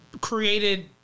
created